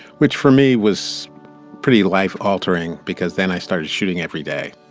which for me was pretty life altering because then i started shooting every day